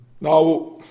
Now